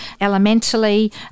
elementally